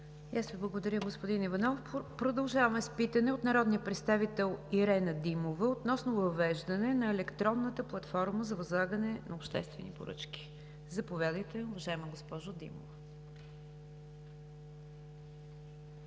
аз Ви благодаря, господин Иванов. Продължаваме с питане от народния представител Ирена Димова относно въвеждане на електронната платформа за възлагане на обществени поръчки. Заповядайте, уважаема госпожо Димова.